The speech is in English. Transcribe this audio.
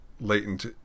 latent